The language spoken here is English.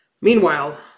Meanwhile